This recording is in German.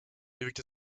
bewirkt